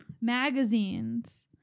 magazines